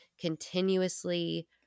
continuously